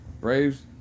Braves